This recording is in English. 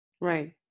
Right